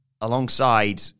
alongside